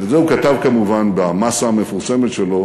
ואת זה הוא כתב כמובן במסה המפורסמת שלו